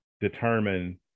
determine